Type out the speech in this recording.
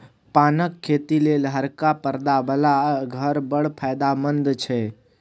पानक खेती लेल हरका परदा बला घर बड़ फायदामंद छै